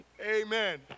amen